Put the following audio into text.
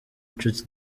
nshuti